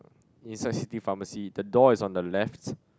inside city pharmacy the door is on the left